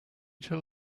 tell